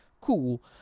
Cool